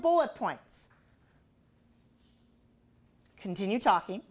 bullet points continue talking